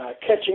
catching